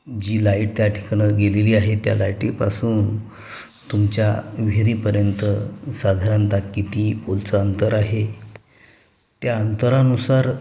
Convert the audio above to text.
जी light त्या ठिकाणं गेलेली आहे त्या लाईटीपासून तुमच्या विहिरीपर्यंत साधारणतः किती पोलचं अंतर आहे त्या अंतरानुसार